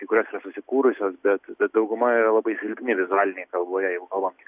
kai kurios yra susikūrusios bet bet dauguma yra labai silpni vizualinėje kalboje jeigu kalbant